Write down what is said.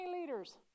leaders